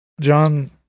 John